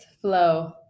flow